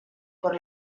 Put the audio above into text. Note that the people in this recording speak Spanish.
por